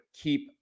keep